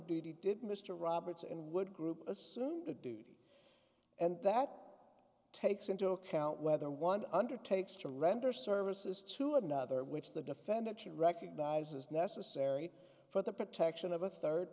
duty did mr roberts and would group assume the duty and that takes into account whether one undertakes to render services to another which the defendant should recognize as necessary for the protection of a third